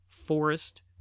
forest